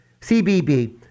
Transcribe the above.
CBB